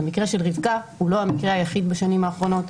המקרה של רבקה הוא לא המקרה היחיד בשנים האחרונות,